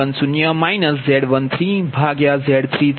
V1fV10 Z13Z330V301 j0